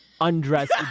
undressed